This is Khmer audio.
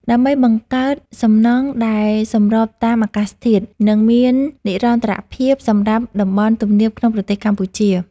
ដើម្បីបង្កើតសំណង់ដែលសម្របតាមអាកាសធាតុ និងមាននិរន្តរភាពសម្រាប់តំបន់ទំនាបក្នុងប្រទេសកម្ពុជា។